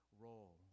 role